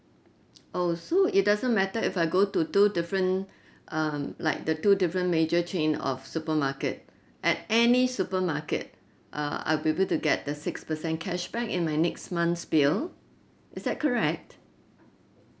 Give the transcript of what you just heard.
oh so it doesn't matter if I go to two different um like the two different major chain of supermarket at any supermarket uh I probably to get the six percent cashback in my next month's bill is that correct